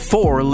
Four